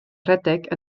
rhedeg